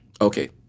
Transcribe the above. okay